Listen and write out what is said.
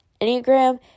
Enneagram